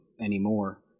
anymore